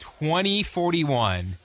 2041